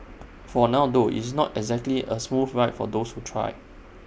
for now though IT is not exactly A smooth ride for those who try